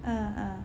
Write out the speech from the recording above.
ah ah